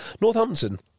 Northampton